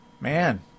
Man